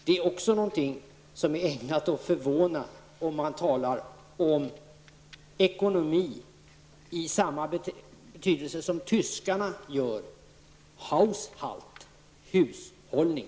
Det är också någonting som är ägnat att förvåna om man talar om ekonomi i samma betydelse som tyskarna gör, Haushalt -- hushållning.